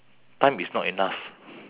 time is not enough